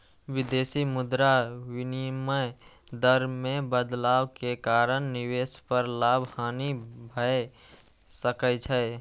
विदेशी मुद्रा विनिमय दर मे बदलाव के कारण निवेश पर लाभ, हानि भए सकै छै